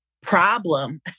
problem